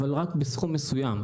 אבל רק בסכום מסוים,